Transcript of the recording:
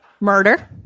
Murder